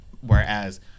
Whereas